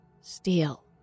steel